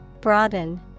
Broaden